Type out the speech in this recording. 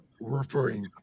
referring